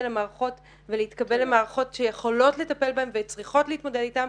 למערכות ולהתקבל למערכות שיכולות לטפל בהם וצריכות להתמודד איתם.